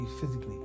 physically